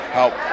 help